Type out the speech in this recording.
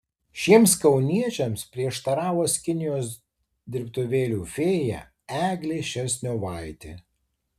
šiems kauniečiams prieštaravo skinijos dirbtuvėlių fėja eglė šerstniovaitė